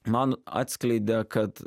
man atskleidė kad